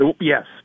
Yes